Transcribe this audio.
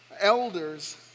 elders